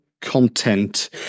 content